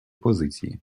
позиції